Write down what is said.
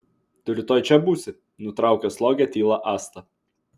tu rytoj čia būsi nutraukė slogią tylą asta